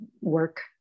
work